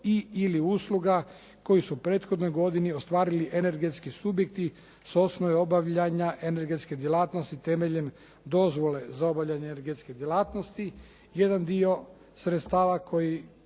i/ili usluga koji su u prethodnoj godini ostvarili energetski subjekti s osnove obavljanja energetske djelatnosti temeljem dozvole za obavljanje energetske djelatnosti. Jedan dio sredstava koji